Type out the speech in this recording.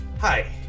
Hi